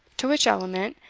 to which element,